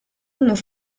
nos